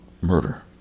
murder